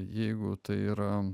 jeigu tai yra